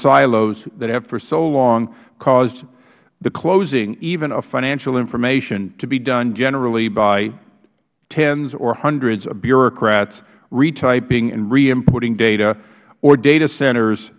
silos that have for so long caused the closing even of financial information to be done generally by tens or hundreds of bureaucrats retyping and re inputting data or data centers